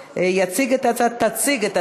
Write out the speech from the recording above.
לפרוטוקול,